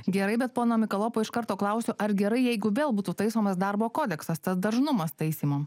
gerai bet pono mikalopo iš karto klausiu ar gerai jeigu vėl būtų taisomas darbo kodeksas tad dažnumas taisymų